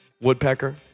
Woodpecker